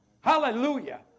Hallelujah